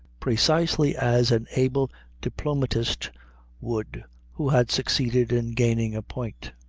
precisely as an able diplomatist would who had succeeded in gaining a point.